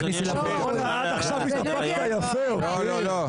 עד עכשיו התאפקת יפה, אופיר.